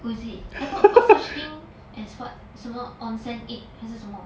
oh is it I thought got such thing as what 什么 onsen egg 还是什么